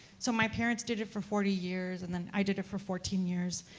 so my parents did it for forty years, and then i did it for fourteen years,